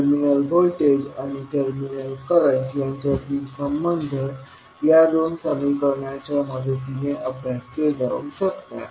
terminal voltage आणि terminal current यांच्यातील संबंध या दोन समीकरणाच्या मदतीने अभ्यासले जाऊ शकतात